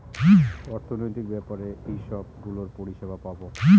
অর্থনৈতিক ব্যাপারে এইসব গুলোর পরিষেবা পাবো